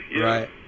right